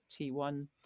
T1